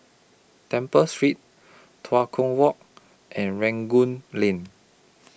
Temple Street Tua Kong Walk and Rangoon Lane